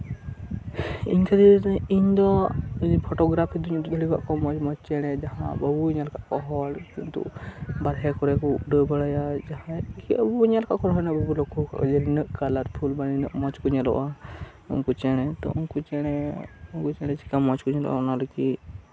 ᱤᱧ ᱠᱷᱟᱹᱛᱤᱨ ᱤᱧ ᱫᱚ ᱯᱷᱳᱴᱳᱜᱨᱟᱯᱷ ᱫᱩᱧ ᱰᱤᱞᱤᱴ ᱦᱚᱨᱟ ᱟᱠᱟᱫ ᱠᱚᱣᱟ ᱢᱚᱸᱡ ᱢᱚᱸᱡ ᱪᱮᱬᱮ ᱡᱟᱦᱟᱸ ᱵᱟᱵᱚᱱ ᱧᱮᱞ ᱟᱠᱟᱫ ᱠᱚᱣᱟ ᱟᱵᱚ ᱦᱚᱲ ᱠᱤᱱᱛᱩ ᱵᱟᱨᱦᱮ ᱠᱚᱨᱮ ᱠᱚ ᱩᱰᱟᱹᱣ ᱵᱟᱲᱟᱭᱟ ᱟᱨ ᱡᱟᱦᱟᱸᱭ ᱠᱤ ᱟᱵᱚ ᱵᱚᱱ ᱧᱮᱞ ᱟᱠᱟᱫ ᱠᱚᱣᱟ ᱠᱟᱞᱟᱨᱯᱷᱩᱞ ᱟᱹᱰᱤ ᱢᱚᱸᱡᱽ ᱠᱚ ᱧᱮᱞᱚᱜᱼᱟ ᱩᱱᱠᱚ ᱪᱮᱬᱮ ᱛᱚ ᱩᱱᱠᱩ ᱪᱮᱬᱮ ᱪᱮᱠᱟ ᱢᱚᱸᱡᱽ ᱠᱚ ᱧᱮᱞᱚᱜᱼᱟ